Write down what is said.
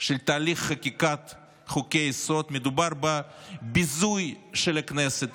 של תהליך חקיקת חוקי-יסוד, מדובר בביזוי של הכנסת.